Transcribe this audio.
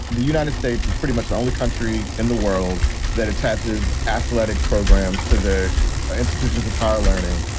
the united states is pretty much the only country in the world that attaches athletic programs to the institutions of higher learning.